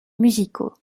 musicaux